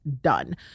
done